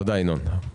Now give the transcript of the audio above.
תודה, ינון.